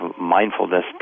mindfulness